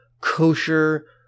kosher